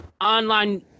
online